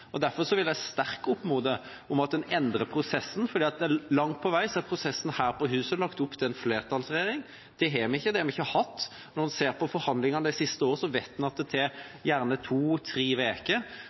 Derfor vil jeg sterkt anmode om at en endrer prosessen. Langt på vei er prosessen her på huset lagt opp for en flertallsregjering. Det har vi ikke – det har vi ikke hatt. Når en ser på forhandlingene de siste årene, vet en at det